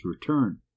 return